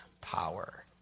power